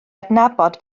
adnabod